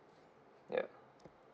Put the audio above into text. ya